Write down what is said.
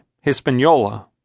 Hispaniola